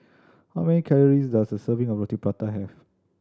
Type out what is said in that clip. how many calories does a serving of Roti Prata have